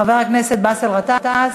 חבר הכנסת באסל גטאס,